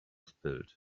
spilled